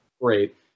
great